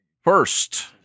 First